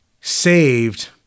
saved